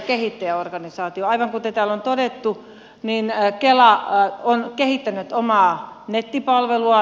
aivan kuten täällä on todettu kela on kehittänyt omaa nettipalveluaan